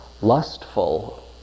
lustful